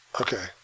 Okay